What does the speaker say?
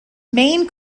main